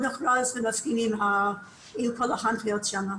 המכרז והם מסכימים עם כל ההנחיות שמה.